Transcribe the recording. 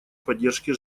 поддержки